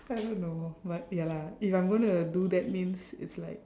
I don't know but ya lah if I'm gonna do that means it's like